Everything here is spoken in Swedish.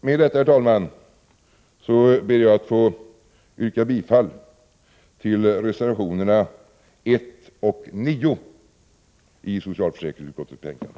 Med detta, herr talman, ber jag att få yrka bifall till reservationerna 1 och 9 i socialförsäkringsutskottets betänkande.